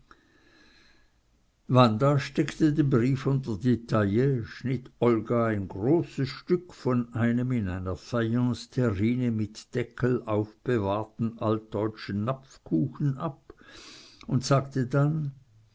wanda steckte den brief unter die taille schnitt olga ein großes stück von einem in einer fayenceterrine mit deckel aufbewahrten altdeutschen napfkuchen ab und sagte dann